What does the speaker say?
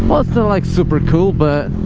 um ah so like super cool but